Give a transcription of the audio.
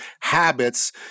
habits